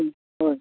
ᱦᱮᱸ ᱦᱳᱭ